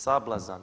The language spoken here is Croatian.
Sablazan.